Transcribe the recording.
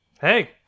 Hey